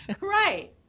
Right